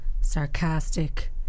sarcastic